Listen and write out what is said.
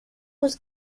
was